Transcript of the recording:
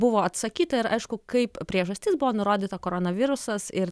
buvo atsakyta ir aišku kaip priežastis buvo nurodyta koronavirusas ir